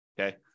Okay